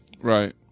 Right